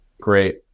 great